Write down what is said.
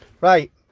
Right